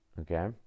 Okay